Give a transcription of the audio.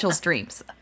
dreams